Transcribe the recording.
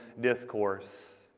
Discourse